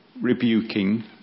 rebuking